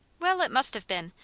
well, it must have been.